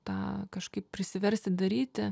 tą kažkaip prisiversti daryti